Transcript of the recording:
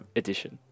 edition